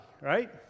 right